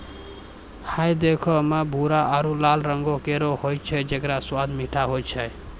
हय देखै म भूरो आरु लाल रंगों केरो होय छै जेकरो स्वाद मीठो होय छै